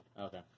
Okay